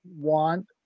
want